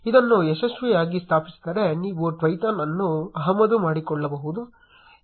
ಇದನ್ನು ಯಶಸ್ವಿಯಾಗಿ ಸ್ಥಾಪಿಸಿದ್ದರೆ ನೀವು Twython ಅನ್ನು ಆಮದು ಮಾಡಿಕೊಳ್ಳಬಹುದು